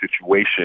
situation